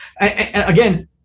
again